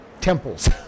temples